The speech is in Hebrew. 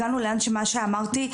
הגענו לאן למה שאמרתי,